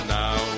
now